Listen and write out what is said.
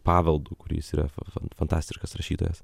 paveldu kuris yra fantastiškas rašytojas